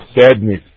sadness